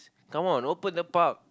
come on open the park